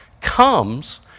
comes